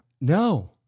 No